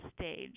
stage